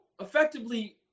effectively